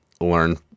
learn